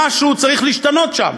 משהו צריך להשתנות שם,